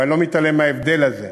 ואני לא מתעלם מההבדל הזה.